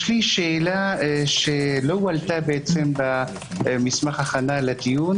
יש לי שאלה שלא הועלתה במסמך ההכנה לדיון